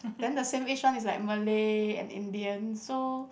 then the same age one is like Malay and Indian so